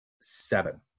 seven